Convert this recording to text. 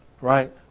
right